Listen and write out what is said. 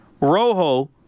Rojo